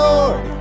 Lord